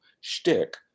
shtick